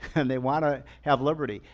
and they wanna have liberty.